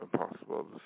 impossible